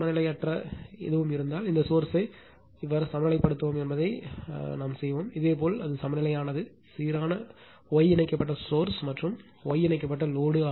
சமநிலையற்ற எதுவும் இருந்தால் இந்த சோர்ஸ் ஐ எவ்வாறு சமநிலைப்படுத்துவோம் என்பதை நாம் செய்வோம் இதேபோல் அது சமநிலையானது சீரான Y இணைக்கப்பட்ட சோர்ஸ் மற்றும் Y இணைக்கப்பட்ட லோடு